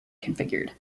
configured